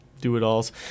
do-it-alls